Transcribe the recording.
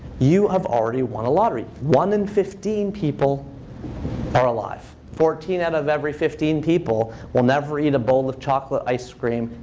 you have already won the lottery. one in fifteen people are alive. fourteen out of every fifteen people will never eat a bowl of chocolate ice cream,